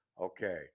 Okay